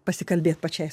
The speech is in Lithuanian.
pasikalbėt pačiai